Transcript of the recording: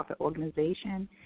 organization